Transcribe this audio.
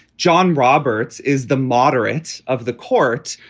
john roberts is the moderates of the court.